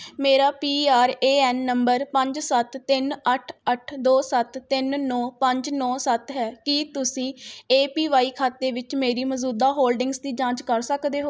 ਮੇਰਾ P R A N number ਪੰਜ ਸੱਤ ਤਿੰਨ ਅੱਠ ਅੱਠ ਦੋ ਸੱਤ ਤਿੰਨ ਨੌਂ ਪੰਜ ਨੌਂ ਸੱਤ ਹੈ ਕੀ ਤੁਸੀਂ ਏ ਪੀ ਵਾਈ ਖਾਤੇ ਵਿੱਚ ਮੇਰੀ ਮੌਜੂਦਾ ਹੋਲਡਿੰਗਜ਼ ਦੀ ਜਾਂਚ ਕਰ ਸਕਦੇ ਹੋ